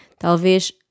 Talvez